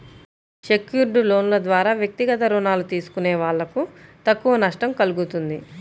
secured లోన్ల ద్వారా వ్యక్తిగత రుణాలు తీసుకునే వాళ్ళకు తక్కువ నష్టం కల్గుతుంది